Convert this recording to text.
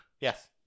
Yes